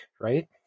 right